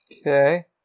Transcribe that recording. Okay